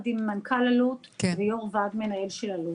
עם מנכ"ל אלו"ט ויו"ר ועד מנהל של אלו"ט.